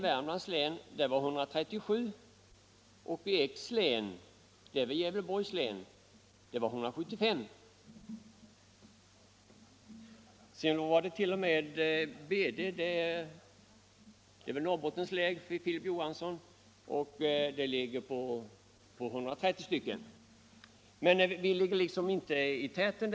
I Värmlands län hade man 137, i Gävleborgs län 175 och i Norrbottens län 130. Kronobergs län ligger alltså inte i täten.